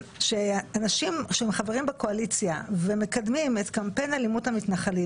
שאנשים שהם חברים בקואליציה ומקדמים את קמפיין אלימות המתנחלים,